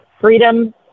Freedom